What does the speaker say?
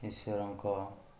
ଈଶ୍ଵରଙ୍କ